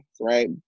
right